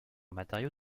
matériau